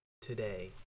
today